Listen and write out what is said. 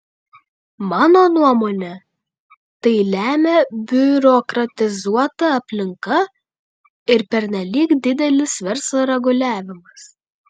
mano nuomone tai lemia biurokratizuota aplinka ir pernelyg didelis verslo reguliavimas